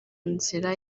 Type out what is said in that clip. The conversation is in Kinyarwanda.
nzira